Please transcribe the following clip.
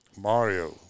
Mario